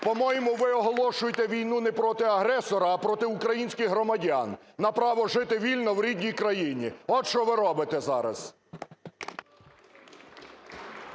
По-моєму, ви оголошуєте війну не проти агресора, а проти українських громадян на право жити вільно в рідній країні. От що ви робите зараз.